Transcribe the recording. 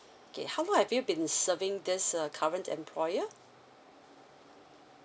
okay how long have you been serving this uh current employer